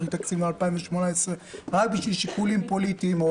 תקציב מ-2018 רק בשביל שיקולים פוליטיים,